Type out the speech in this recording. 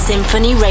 Symphony